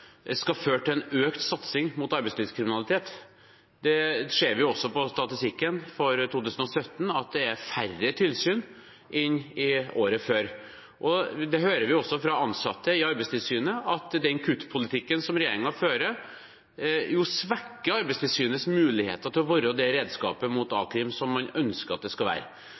skal føre til en økt satsing mot arbeidslivskriminalitet. Vi ser på statistikken for 2017 at det er færre tilsyn enn året før. Vi hører også fra ansatte i Arbeidstilsynet at den kuttpolitikken som regjeringen fører, svekker Arbeidstilsynets mulighet til å være det redskapet mot a-krim som man ønsker at det skal være.